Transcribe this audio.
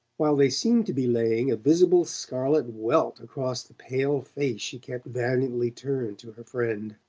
while they seemed to be laying a visible scarlet welt across the pale face she kept valiantly turned to her friend.